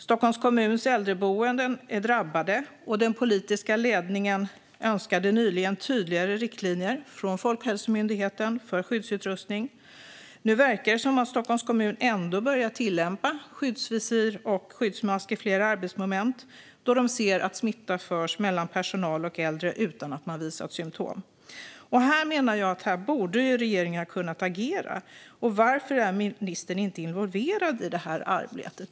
Stockholms kommuns äldreboenden är drabbade, och den politiska ledningen önskade nyligen tydligare riktlinjer från Folkhälsomyndigheten för skyddsutrustning. Nu verkar det som att Stockholms kommun ändå börjar tillämpa skyddsvisir och skyddsmask vid flera arbetsmoment, då de ser att smitta förs mellan personal och äldre utan att man visat symtom. Här menar jag att regeringen borde ha kunnat agera. Varför är ministern inte involverad i det här arbetet?